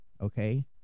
Okay